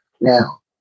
Now